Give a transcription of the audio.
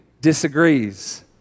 disagrees